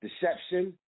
deception